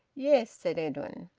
yes, said edwin.